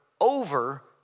over